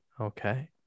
Okay